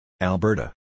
Alberta